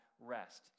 rest